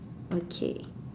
okay